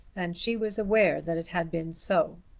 and she was aware that it had been so.